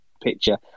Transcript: picture